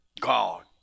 God